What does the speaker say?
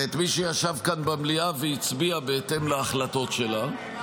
ואת מי שישב כאן במליאה והצביע בהתאם להחלטות שלה.